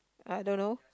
I don't know